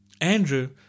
Andrew